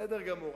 בסדר גמור.